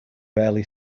barely